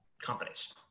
companies